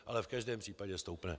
Ale v každém případě stoupne.